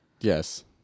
yes